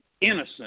innocent